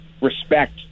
Respect